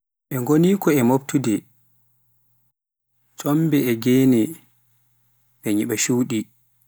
ɓe ngoni ko e mooftude, ntchombe e gene mɓe nyiɓ suudi.